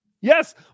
yes